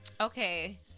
okay